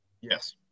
Yes